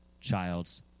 child's